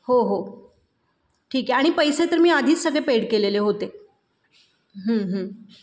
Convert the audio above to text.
हो हो ठीक आहे आणि पैसे तर मी आधीच सगळे पेड केलेले होते